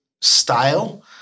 style